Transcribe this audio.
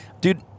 Dude